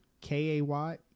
K-A-Y